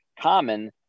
common